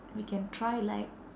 we can try like